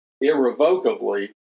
irrevocably